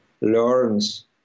learns